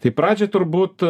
tai pradžioj turbūt